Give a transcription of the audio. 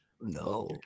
No